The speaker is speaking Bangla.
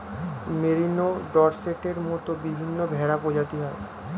মেরিনো, ডর্সেটের মত বিভিন্ন ভেড়া প্রজাতি হয়